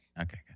okay